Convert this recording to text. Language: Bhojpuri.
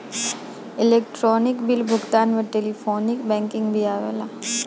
इलेक्ट्रोनिक बिल भुगतान में टेलीफोनिक बैंकिंग भी आवेला